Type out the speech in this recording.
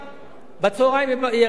בערב יירשם במקום שלישי,